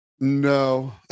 no